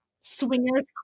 swingers